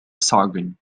sargon